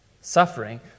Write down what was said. suffering